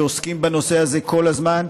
שעוסקים בנושא הזה כל הזמן,